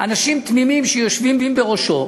אנשים תמימים שיושבים בראשו,